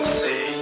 see